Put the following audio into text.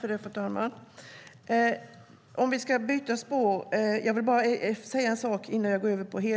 Fru talman! Jag vill säga en sak om visstidsanställningar innan jag går över till frågan om